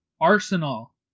Arsenal